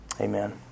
Amen